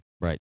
Right